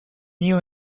new